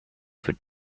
for